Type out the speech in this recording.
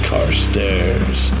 Carstairs